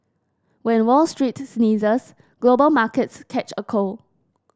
when Wall Street sneezes global markets catch a cold